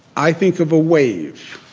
i think of a wave.